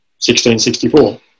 1664